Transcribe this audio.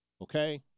okay